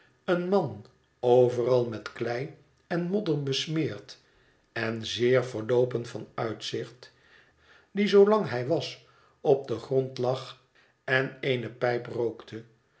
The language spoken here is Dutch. een man overal met klei en modder besmeerd en zeer verloopen van uitzicht die zoo lang hij was op den grond lag en eene pijp rookte